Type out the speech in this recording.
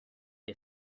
you